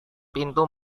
pintu